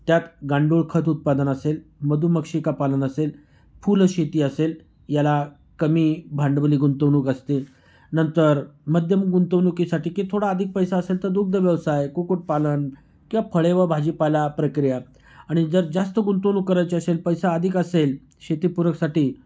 त्यात गांडूळखत उत्पादन असेल मधुमक्षिकापालन असेल फूलशेती असेल याला कमी भांडवली गुंतवणूक असतील नंतर मध्यम गुंतवणुकीसाठी की थोडा अधिक पैसा असेल तर दुग्धव्यवसाय कुक्कुटपालन किंवा फळे व भाजीपाला प्रक्रिया आणि जर जास्त गुंतवणूक करायची असेल पैसा अधिक असेल शेतीपूरकसाठी